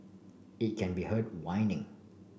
it can be heard whining